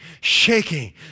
shaking